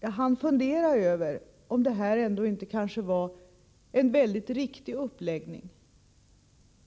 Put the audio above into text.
Jag hann fundera över om det här ändå kanske inte var en väldigt riktig uppläggning